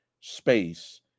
space